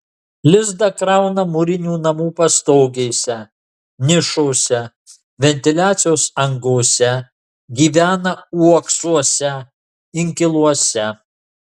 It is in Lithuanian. lizdą krauna mūrinių namų pastogėse nišose ventiliacijos angose gyvena uoksuose inkiluose